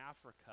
Africa